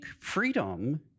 freedom